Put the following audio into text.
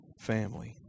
family